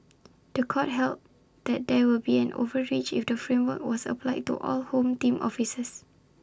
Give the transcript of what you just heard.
The Court held that there would be an overreach if the framework was applied to all home team officers